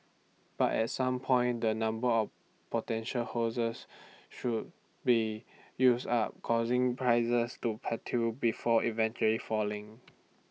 but at some point the number of potential should be use up causing prices to plateau before eventually falling